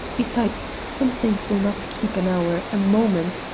besides, some things will not keep an hour, a moment.